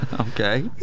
Okay